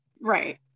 Right